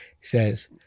says-